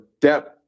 depth